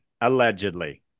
allegedly